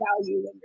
value